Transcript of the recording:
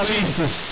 Jesus